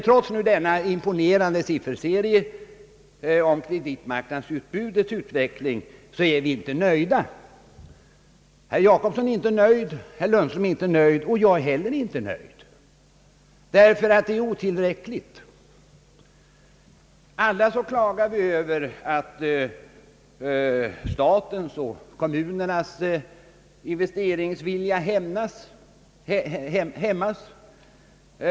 Trots denna imponerande sifferserie om kreditmarknadens utbud och dess utveckling är vi inte nöjda. Herr Gösta Jacobsson är inte nöjd, herr Lundström är inte nöjd, och jag är heller inte nöjd — därför att det är otillräckligt. Alla klagar vi över att statens och kommunernas investeringsvilja hämmas.